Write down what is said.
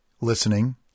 listening